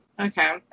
Okay